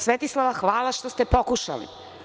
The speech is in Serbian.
Svetislava, hvala što ste pokušali.